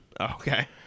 Okay